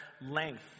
length